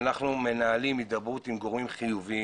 אנחנו מנהלים הידברות עם גורמים חיוביים.